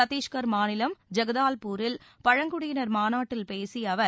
சத்தீஷ்கர் மாநிலம் ஐகதாவ்பூரில் பழங்குடியினர் மாநாட்டில் பேசிய அவர்